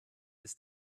ist